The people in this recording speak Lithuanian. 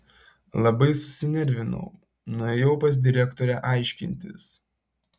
labai susinervinau nuėjau pas direktorę aiškintis